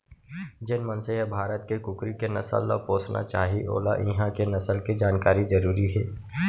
जेन मनसे ह भारत के कुकरी के नसल ल पोसना चाही वोला इहॉं के नसल के जानकारी जरूरी हे